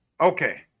Okay